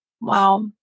wow